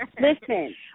Listen